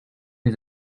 his